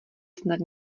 snad